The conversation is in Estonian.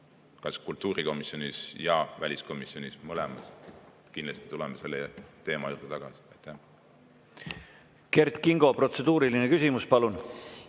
kas kultuurikomisjonis või väliskomisjonis või mõlemas. Kindlasti tuleme selle teema juurde tagasi. Kert Kingo, protseduuriline küsimus, palun!